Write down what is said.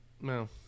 No